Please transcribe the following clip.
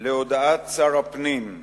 להודעת שר הפנים,